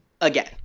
again